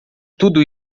tudo